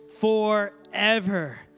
forever